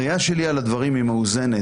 הראייה שלי על הדברים היא מאוזנת.